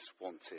wanted